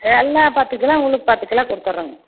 எல்லா பத்து கிலோ உனக்கு பத்து கிலோ கொடுத்துறங்க